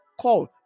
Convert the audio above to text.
call